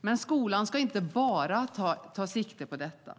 men skolan ska inte bara ta sikte på detta.